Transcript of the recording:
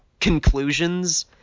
conclusions